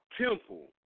temple